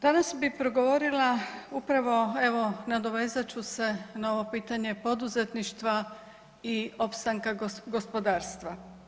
Danas bi progovorila upravo evo nadovezat ću se na ovo pitanje poduzetništva i opstanka gospodarstva.